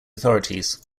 authorities